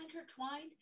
intertwined